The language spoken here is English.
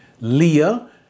Leah